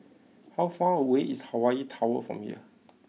how far away is Hawaii Tower from here